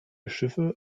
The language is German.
schiffe